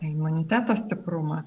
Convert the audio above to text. imuniteto stiprumą